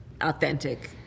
authentic